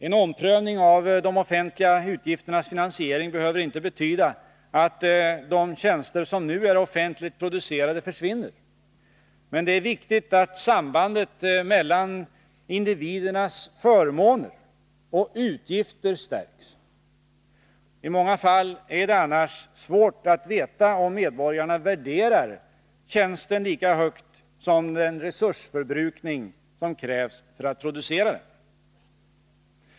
En omprövning av de offentliga utgifternas finansiering behöver inte betyda att de tjänster som nu är offentligt producerade försvinner. Men det är viktigt att sambandet mellan individernas förmåner och utgifter stärks. I många fall är det annars svårt att veta om medborgarna värderar tjänsten lika högt som den resursförbrukning som krävs för att producera den.